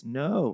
no